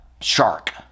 Shark